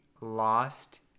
lost